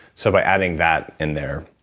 so by adding that in there,